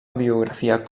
biografia